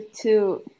two